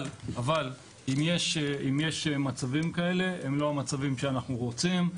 אבל אם יש מצבים כאלה הם לא המצבים שאנחנו רוצים.